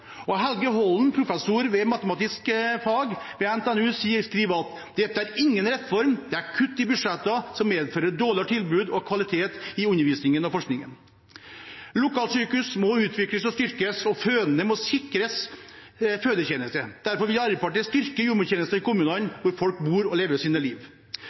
Og Helge Holden, professor i matematiske fag ved NTNU, skriver at dette er ingen reform, men kutt i budsjettene som medfører dårligere tilbud og kvalitet i undervisningen og forskningen. Lokalsykehus må utvikles og styrkes, og fødende må sikres fødetjenester. Derfor vil Arbeiderpartiet styrke jordmortjenestene i kommunene, hvor folk bor og lever sitt liv.